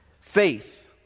faith